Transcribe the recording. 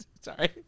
Sorry